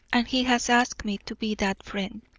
and he has asked me to be that friend.